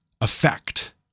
effect